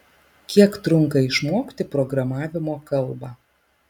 kiek trunka išmokti programavimo kalbą